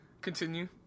Continue